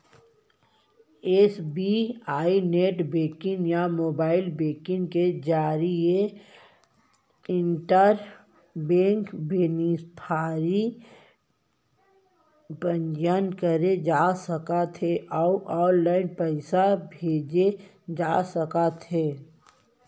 SBI net banking या mobile banking के जरिए इंटर बेंक बेनिफिसियरी पंजीयन करे जा सकत हे अउ ऑनलाइन पइसा भेजे जा सकत हे